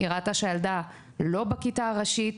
היא ראתה שהילדה לא בכיתה הראשית.